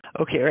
Okay